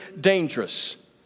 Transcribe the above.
dangerous